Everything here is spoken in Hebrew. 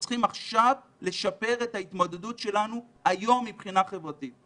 אנחנו צריכים עכשיו לשפר את ההתמודדות שלנו מבחינה חברתית.